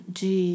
de